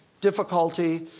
difficulty